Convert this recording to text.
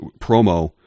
promo